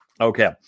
Okay